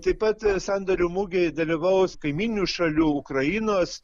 taip pat sandorių mugėj dalyvaus kaimyninių šalių ukrainos